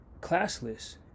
classless